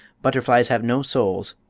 butterflies have no souls,